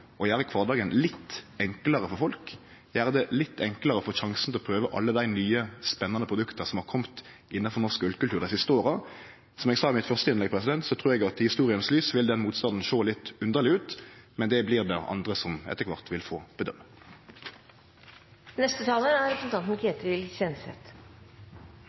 å gjere kvardagen litt enklare for folk, gjere det litt enklare å få sjansen til å prøve alle dei nye spennande produkta som har kome innanfor norsk ølkultur dei siste åra. Som eg sa i mitt første innlegg, trur eg at i historias lys vil den motstanden sjå litt underleg ut, men det blir det andre som etter kvart vil få